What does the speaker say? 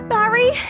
Barry